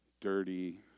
Dirty